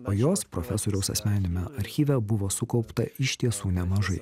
o jos profesoriaus asmeniniame archyve buvo sukaupta iš tiesų nemažai